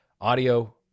Audio